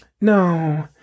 No